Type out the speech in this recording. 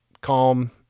calm